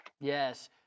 Yes